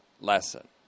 lesson